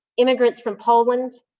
immigrants from poland,